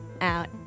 out